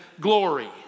glory